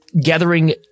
gathering